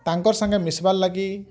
ତାଙ୍କର୍ ସାଙ୍ଗେ ମିଶିବାର୍ ଲାଗି